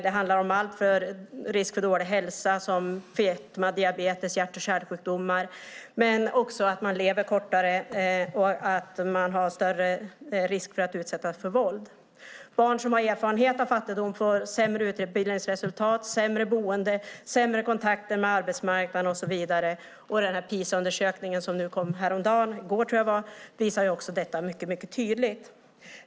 Det handlar om risk för dålig hälsa, fetma, diabetes, hjärt-kärlsjukdomar men också att man har kortare livslängd och har större risk att utsättas för våld. Barn som har erfarenhet av fattigdom får sämre utbildningsresultat, sämre boende, sämre kontakter med arbetsmarknaden och så vidare. Den PISA-undersökning som kom häromdagen visar detta mycket tydligt.